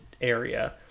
area